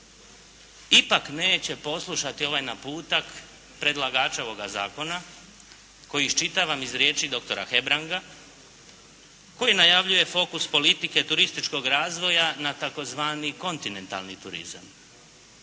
ipak neće poslušati ovaj naputak predlagača ovoga zakona koji iščitavam iz riječi doktora Hebranga, koji najavljuje fokus politike turističkog razvoja na tzv. kontinentalni turizam.